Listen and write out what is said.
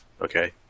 okay